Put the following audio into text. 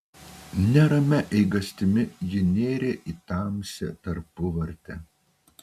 neramia eigastimi ji nėrė į tamsią tarpuvartę